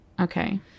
okay